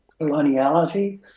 coloniality